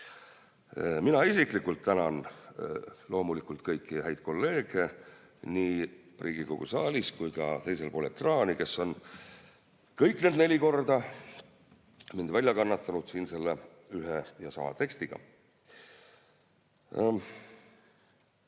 Mina isiklikult tänan loomulikult kõiki häid kolleege nii Riigikogu saalis kui ka teisel pool ekraani, kes on kõik need neli korda mind selle ühe ja sama tekstiga